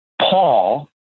Paul